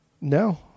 No